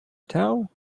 towel